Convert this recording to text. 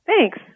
Thanks